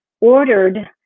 ordered